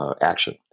action